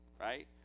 Right